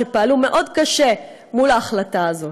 שפעלו מאוד קשה מול ההחלטה הזאת.